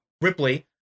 Ripley